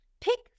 pick